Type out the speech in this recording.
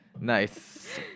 Nice